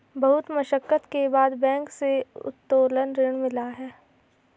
बहुत मशक्कत के बाद बैंक से उत्तोलन ऋण मिला है